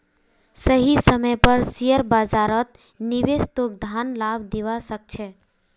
सही समय पर शेयर बाजारत निवेश तोक धन लाभ दिवा सके छे